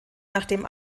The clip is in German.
nachdem